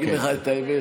אני אגיד לך את האמת,